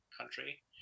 country